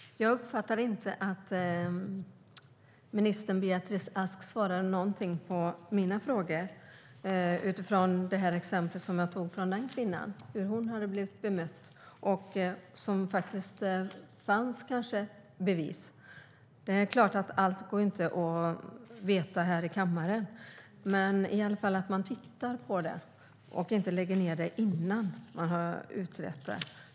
Herr talman! Jag uppfattade inte att minister Beatrice Ask svarade på mina frågor, som utgick från mitt exempel på hur en kvinna hade blivit bemött. Där fanns det faktiskt bevis, men det är klart att allt inte går att veta här i kammaren. Man bör i alla fall titta på materialet och inte lägga ned ärendet innan man har utrett det.